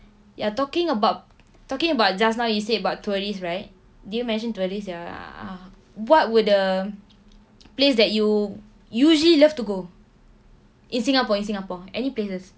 ya talking about talking about just now you said about tourists right did you mention tourist ya ah what would the place that you usually love to go in singapore in singapore any places